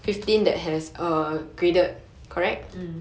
mm